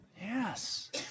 Yes